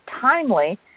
timely